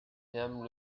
ian